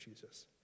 Jesus